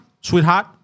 sweetheart